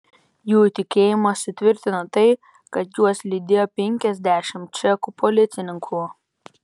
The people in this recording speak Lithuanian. jų tikėjimą sutvirtino tai kad juos lydėjo penkiasdešimt čekų policininkų